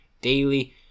daily